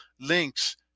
links